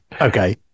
okay